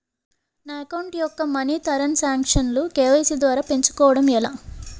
నా అకౌంట్ యెక్క మనీ తరణ్ సాంక్షన్ లు కే.వై.సీ ద్వారా పెంచుకోవడం ఎలా?